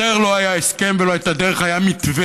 יותר לא היה הסכם ולא הייתה דרך, היה מתווה.